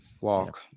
Walk